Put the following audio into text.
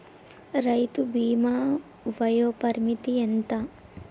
రైతు బీమా వయోపరిమితి ఎంత?